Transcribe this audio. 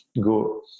go